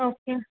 okay